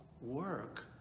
work